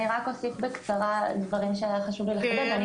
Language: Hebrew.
אני רק אוסיף בקצרה דברים שהיה חשוב לי לחדד.